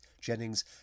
Jennings